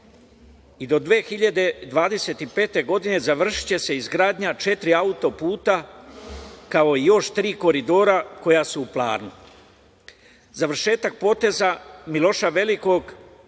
i do 2025. godine završiće se izgradnja četiri auto-puta, kao i još tri koridora koja su u planu. Završetak poteza Miloša Velikog